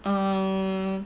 um